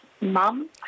mum